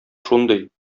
шундый